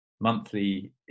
monthly